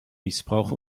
missbrauch